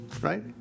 right